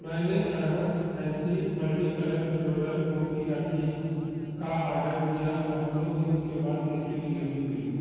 मैंने Arham fancy multi colour floral मोती राखी का आर्डर दिया और नौ दिनों के बाद इसकी डिलीवरी मिली